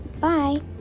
bye